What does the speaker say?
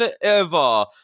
forever